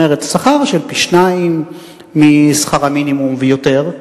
כלומר שכר של פי-שניים משכר המינימום ויותר,